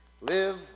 Live